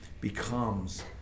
becomes